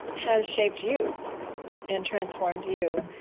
has shaped you and transformed you,